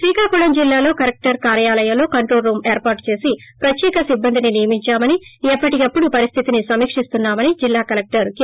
శ్రీకాకుళం జిల్లాలో కలెక్టర్ కార్యాలయంలో control room ఏర్పాటు చేసి ప్రత్యేక సిబ్బందిని నియమించామని ఎప్పటికప్పుడు పరిస్లితిని సమీకిస్తున్నామని జిల్లా కలెక్లర్ కె